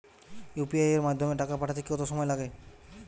UPI এর মাধ্যমে টাকা পাঠাতে কত সময় লাগে?